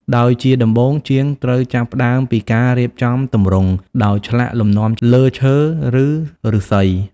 ដោយជាដំបូង ជាងត្រូវចាប់ផ្ដើមពី ការរៀបចំទម្រង់ ដោយឆ្លាក់លំនាំលើឈើ ឬឫស្សី។